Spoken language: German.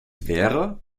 wäre